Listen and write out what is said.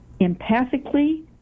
empathically